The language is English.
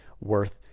worth